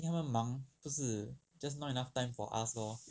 think 他们忙不是 just not enough time for us loh